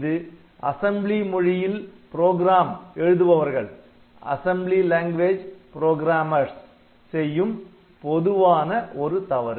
இது அசெம்பிளி மொழியில் புரோகிராம் எழுதுபவர்கள் செய்யும் பொதுவான ஒரு தவறு